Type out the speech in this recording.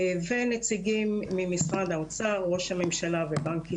ונציגים ממשרד האוצר, ראש הממשלה ובנק ישראל.